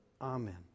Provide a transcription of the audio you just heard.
Amen